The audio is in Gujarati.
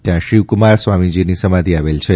ત્યાં શિવકુમાર સ્વામીજીની સમાઘિ આવેલી છે